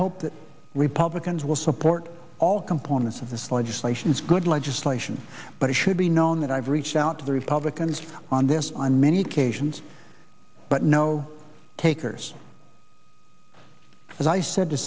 hope that republicans will support all components of this legislation is good legislation but it should be known that i've reached out to the republicans on this on many occasions but no takers as i said t